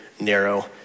narrow